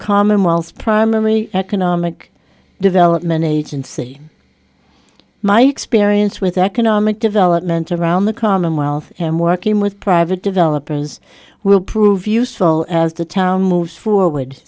commonwealth's primary economic development agency my experience with economic development around the commonwealth and joakim with private developers will prove useful as the town moves forward